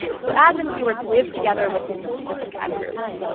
so ads and keywords live together within specific ad groups.